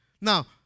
Now